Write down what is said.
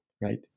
right